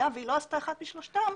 היה והיא לא עשתה אחת משלושת אלה,